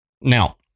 Now